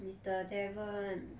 it's the devil [one]